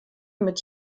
mit